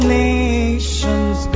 nations